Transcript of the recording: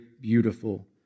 beautiful